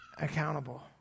accountable